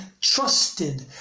trusted